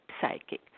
psychic